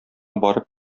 барып